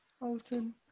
alton